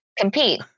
compete